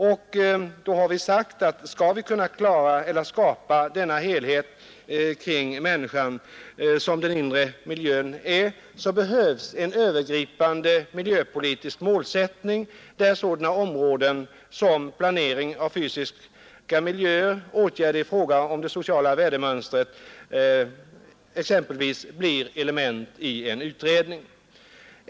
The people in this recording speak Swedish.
Vi har då sagt att om vi skall kunna skapa denna helhet kring människan som den inre miljön är, så behövs en övergripande miljöpolitisk målsättning där sådana områden som exempelvis planering av fysiska miljöer och åtgärder i fråga om det sociala värdemönstret blir element i en utredning.